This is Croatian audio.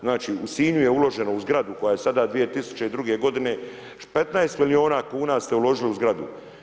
Znači u Sinju je uloženo u zgradu koja je sada 2002. godine 15 milijuna kuna ste uložili u zgradu.